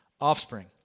offspring